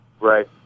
Right